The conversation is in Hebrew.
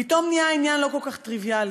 פתאום נהיה עניין לא כל כך טריוויאלי.